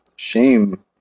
Shame